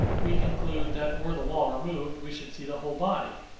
we conclude, that, were the wall removed, we should see the whole body.